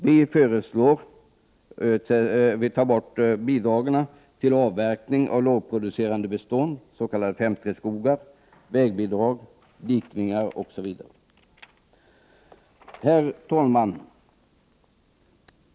Vi föreslår att bidragen till avverkning av lågproducerande bestånd, s.k. 5:3-skogar, vägbidragen, dikningsbidragen osv. tas bort. Herr talman!